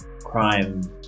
crime